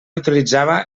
utilitzava